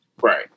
Right